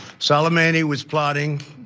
soleimani was plotting